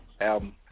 album